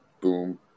Boom